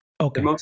Okay